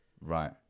right